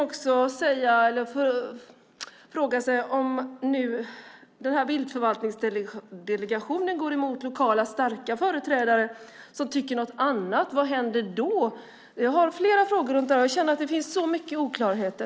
Vad händer om viltförvaltningsdelegationerna går emot starka lokala företrädare som tycker något annat? Jag har flera frågor runt detta, för det finns många oklarheter.